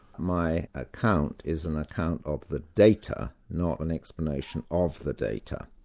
my account is an account of the data, not an explanation of the data.